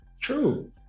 True